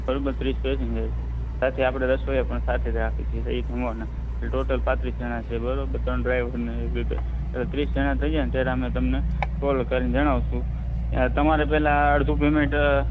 બરોબર ત્રીસ પેસેન્જર છે આપણે રસોઈયા પણ સાથે જ રાખીએ છીએ ત્યાં જમવાના એટલે ટોટલ પાંત્રીસ જણા છે બરોબર ડ્રાઈવરને એ રીતે ત્રીસ જણ થઈ જાય ત્યારે તમને કૉલ કરીને જણાવશું તમારે પેલા અડધું પેમેન્ટ